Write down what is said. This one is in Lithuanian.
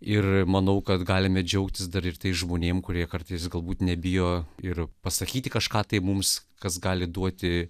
ir manau kad galime džiaugtis dar ir tais žmonėms kurie kartais galbūt nebijo ir pasakyti kažką tai mums kas gali duoti